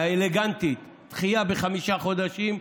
האלגנטית: דחייה בחמישה חודשים,